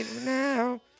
now